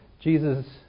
Jesus